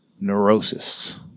neurosis